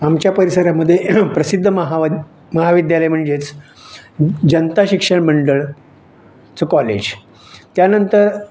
आमच्या परिसरामध्ये प्रसिद्ध महाविद महाविद्यालय म्हणजेच जनता शिक्षण मंडळचं कॉलेज त्यानंतर